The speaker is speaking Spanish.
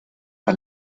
han